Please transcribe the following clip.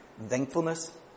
Thankfulness